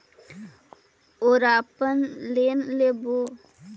ओरापर लोन लेवै?